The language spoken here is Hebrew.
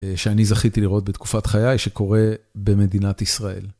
שאני זכיתי לראות בתקופת חיי שקורה במדינת ישראל.